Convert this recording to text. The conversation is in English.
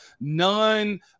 None